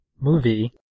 movie